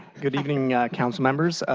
good evening councilmembers.